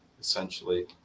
essentially